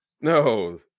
no